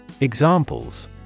Examples